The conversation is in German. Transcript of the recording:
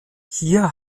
hier